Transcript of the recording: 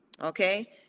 okay